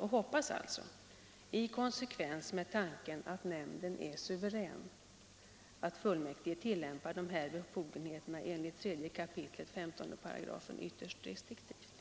Vi hoppas alltså — i konsekvens med tanken att nämnden är suverän — att fullmäktige tillämpar sina befogenheter enligt 3 kap. 15§ ytterst restriktivt.